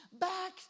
back